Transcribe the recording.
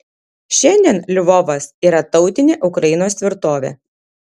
šiandien lvovas yra tautinė ukrainos tvirtovė